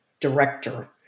director